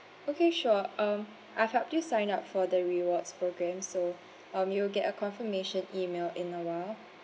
okay sure um I've helped you sign up for the rewards program so um you will get a confirmation E-mail in a while